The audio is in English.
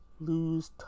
Lose